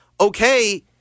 okay